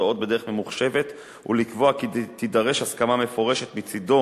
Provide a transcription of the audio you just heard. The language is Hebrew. הודעות בדרך ממוחשבת ולקבוע כי תידרש הסכמה מפורשת מצדו